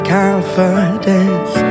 confidence